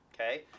okay